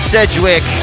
Sedgwick